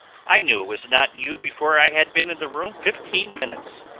i knew it was not you before i had been in the room fifteen minutes.